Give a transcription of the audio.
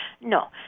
No